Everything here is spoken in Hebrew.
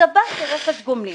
תיצבע כרכש גומלין.